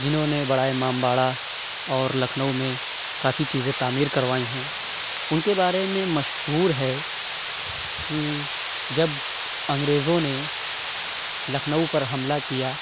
جنہوں نے بڑا امام باڑہ اور لکھنؤ میں کافی چیزیں تعمیر کروائی ہیں اُن کے بارے میں مشہور ہے کہ جب انگریزوں نے لکھنؤ پر حملہ کیا